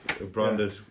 branded